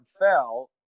fell